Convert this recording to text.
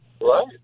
Right